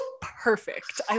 perfect